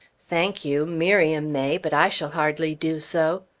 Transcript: thank you! miriam may, but i shall hardly do so!